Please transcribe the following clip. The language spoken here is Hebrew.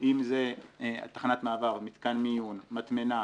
אם זה תחנת מעבר, מתקן מיון, מטמנה,